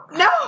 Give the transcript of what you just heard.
no